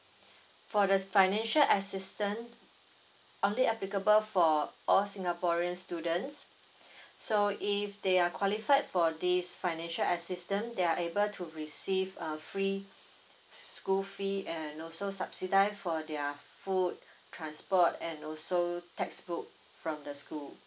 for the financial assistance only applicable for all singaporean students so if they are qualified for this financial assistance they are able to receive err free school fee and also subsidise for their food transport and also text book from the school